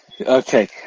Okay